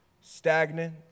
stagnant